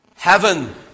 Heaven